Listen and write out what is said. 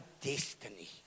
destiny